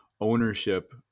ownership